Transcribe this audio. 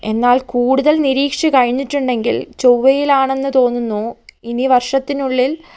എന്നാൽ കൂടുതൽ നിരീക്ഷിച്ചു കഴിഞ്ഞിട്ടുണ്ടെങ്കിൽ ചൊവ്വയിൽ ആണെന്ന് തോന്നുന്നു ഇനി വർഷത്തിനുള്ളിൽ